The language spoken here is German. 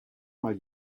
mal